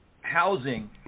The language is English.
Housing